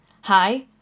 hi